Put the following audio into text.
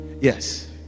Yes